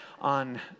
on